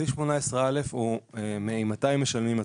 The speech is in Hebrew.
סעיף 18א הוא ממתי משלמים הטבות.